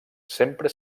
sempre